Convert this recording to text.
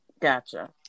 Gotcha